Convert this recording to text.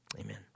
amen